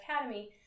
Academy